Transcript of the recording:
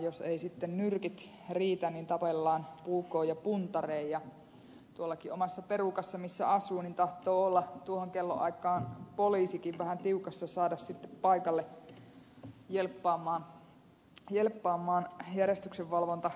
jos eivät sitten nyrkit riitä niin tapellaan puukoin ja puntarein ja tuollakin omassa perukassa missä asun tahtoo olla tuohon kellonaikaan poliisikin vähän tiukassa saada sitten paikalle jelppaamaan järjestyksenvalvontahenkilöstöä